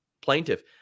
plaintiff